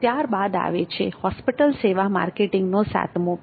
ત્યારબાદ આવે છે હોસ્પિટલ સેવા માર્કેટિંગ નો સાતમો P